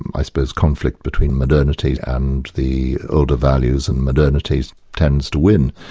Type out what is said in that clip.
i suppose conflict between modernity and the older values, and modernity tends to win.